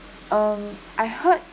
um I heard